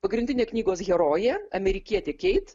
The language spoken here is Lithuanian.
pagrindinė knygos herojė amerikietė keit